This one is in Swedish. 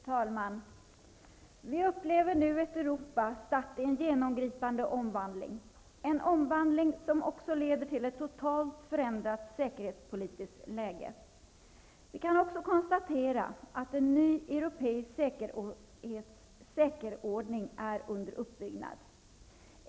Fru talman! Vi upplever nu ett Europa statt i en genomgripande omvandling. En omvandling som också leder till ett totalt förändrat säkerhetspolitiskt läge. Vi kan också konstatera att en ny europeisk säkerhetsordning är under uppbyggnad.